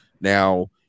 Now